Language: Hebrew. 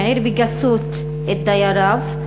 מעיר בגסות את דייריו.